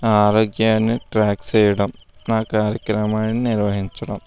నా ఆరోగ్యాన్ని ట్రాక్ చేయడం నా కార్యక్రమాన్ని నిర్వహించడం